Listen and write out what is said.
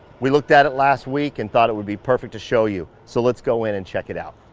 we looked at it last week, and thought it would be perfect to show you. so let's go in and check it out.